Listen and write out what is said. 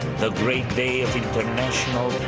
the great day of international